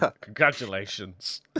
Congratulations